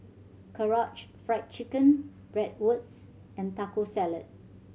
Karaage Fried Chicken Bratwurst and Taco Salad